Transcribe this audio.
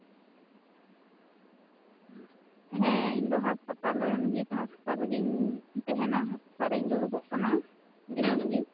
ᱦᱮᱸ ᱤᱧ ᱫᱚ ᱦᱟᱥᱯᱟᱛᱟᱞ ᱨᱮᱱ ᱜᱮ ᱦᱟᱥᱯᱟᱛᱟᱞ ᱨᱮᱜᱮᱧ ᱛᱟᱦᱮᱱᱟ ᱦᱟᱥᱯᱟᱛᱟᱞᱨᱤᱧ ᱫᱩᱲᱩᱵᱚᱜ ᱠᱟᱱᱟ ᱫᱤᱱᱟᱹᱢ ᱜᱮ